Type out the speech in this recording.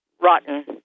rotten